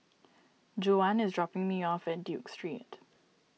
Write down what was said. Juwan is dropping me off at Duke Street